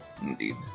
Indeed